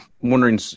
wondering